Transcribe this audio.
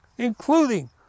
Including